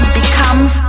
becomes